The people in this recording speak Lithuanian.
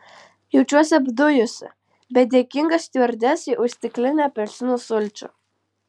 jaučiuosi apdujusi bet dėkinga stiuardesei už stiklinę apelsinų sulčių